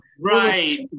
right